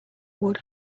would